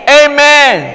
amen